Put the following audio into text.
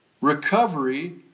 Recovery